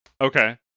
Okay